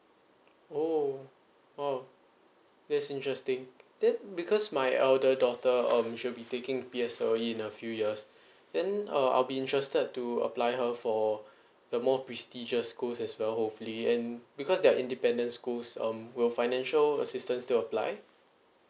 oh !wow! that's interesting then because my elder daughter um she'll be taking P_S_L_E in a few years then uh I'll be interested to apply her for the more prestigious schools as well hopefully and because they're independent schools um will financial assistance still apply